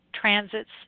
transits